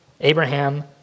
Abraham